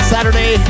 Saturday